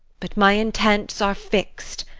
but my intents are fix'd,